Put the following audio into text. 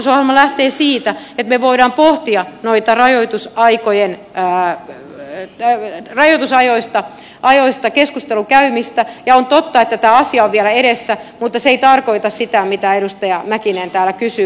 hallitusohjelma lähtee siitä että me voimme pohtia noista rajoitusajoista keskustelun käymistä ja on totta että tämä asia on vielä edessä mutta se ei tarkoita sitä mitä edustaja mäkinen täällä kysyy